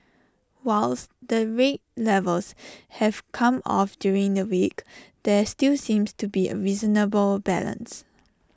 whilst the rate levels have come off during the week there still seems to be A reasonable balance